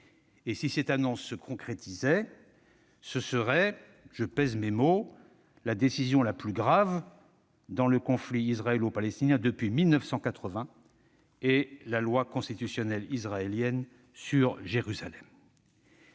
Si cette annonce se concrétisait, ce serait- je pèse mes mots -la décision la plus grave dans le conflit israélo-palestinien depuis 1980 et la loi constitutionnelle israélienne sur Jérusalem.